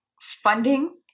funding